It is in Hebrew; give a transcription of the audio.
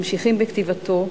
ממשיכים בכתיבתו,